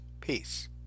Peace